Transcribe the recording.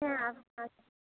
হ্যাঁ আচ্ছা